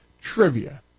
trivia